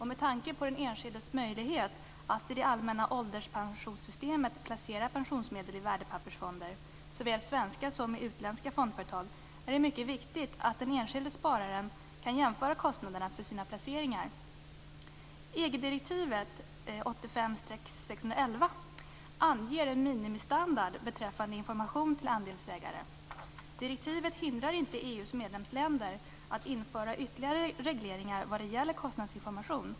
Med tanke på den enskildes möjlighet att i det allmänna ålderspensionssystemet placera pensionsmedel i värdepappersfonder, såväl i svenska som i utländska fondföretag, är det mycket viktigt att den enskilde spararen kan jämföra kostnaderna för sina placeringar. EG-direktivet 85/611 anger en minimistandard beträffande information till andelsägare. Direktivet hindrar inte EU:s medlemsländer att införa ytterligare regleringar vad gäller kostnadsinformation.